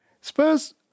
Spurs